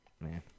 man